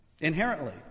Inherently